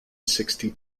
sixty